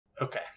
Okay